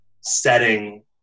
setting